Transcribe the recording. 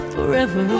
Forever